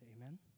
amen